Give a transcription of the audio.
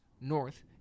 north